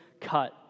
cut